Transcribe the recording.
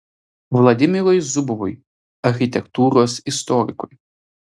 vladimirui zubovui architektūros istorikui